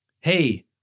hey